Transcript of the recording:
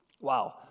Wow